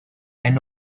and